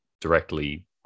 directly